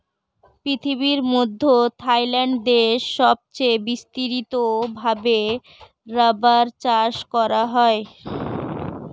পৃথিবীর মধ্যে থাইল্যান্ড দেশে সবচে বিস্তারিত ভাবে রাবার চাষ করা হয়